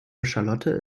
charlotte